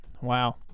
Wow